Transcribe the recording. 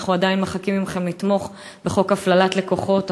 אנחנו עדיין מחכים מכם לתמוך בחוק הפללת לקוחות,